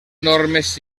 normes